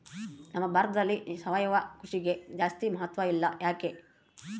ನಮ್ಮ ಭಾರತದಲ್ಲಿ ಸಾವಯವ ಕೃಷಿಗೆ ಜಾಸ್ತಿ ಮಹತ್ವ ಇಲ್ಲ ಯಾಕೆ?